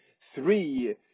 three